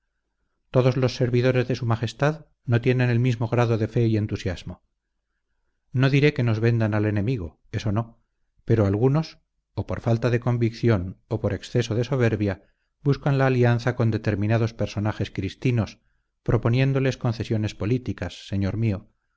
todos los servidores de su majestad no tienen el mismo grado de fe y entusiasmo no diré que nos vendan al enemigo eso no pero algunos o por falta de convicción o por exceso de soberbia buscan la alianza con determinados personajes cristinos proponiéndoles concesiones políticas señor mío